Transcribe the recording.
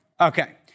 Okay